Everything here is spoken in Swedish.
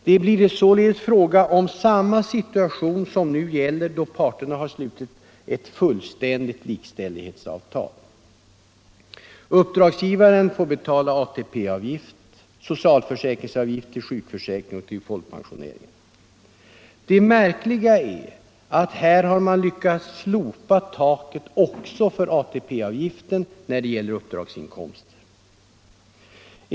Det blir således fråga om samma situation som nu gäller då parterna har slutit ett fullständigt likställighetsavtal. Uppdragsgivaren får betala ATP-avgift och socialförsäkringsavgift till sjukförsäkringen och till folkpensioneringen. Det märkliga är att man här lyckats slopa taket också för ATP-avgiften när det gäller uppdragsinkomster.